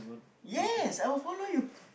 yes I will follow you